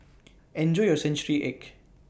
Enjoy your Century Egg